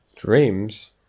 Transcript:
Dreams